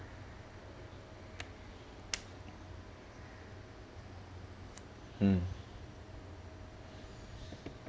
hmm